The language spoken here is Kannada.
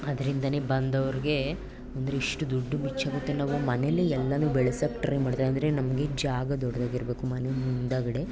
ಅದರಿಂದಲೇ ಬಂದವ್ರಿಗೆ ಅಂದರೆ ಎಷ್ಟು ದುಡ್ಡು ಮಿಚ್ಚಾಗುತ್ತೆ ನಾವು ಮನೇಲೆ ಎಲ್ಲವೂ ಬೆಳ್ಸೋಕ್ ಟ್ರೈ ಮಾಡ್ತೇವೆ ಅಂದರೆ ನಮಗೆ ಜಾಗ ದೊಡ್ದಾಗಿರಬೇಕು ಮನೆ ಮುಂದುಗಡೆ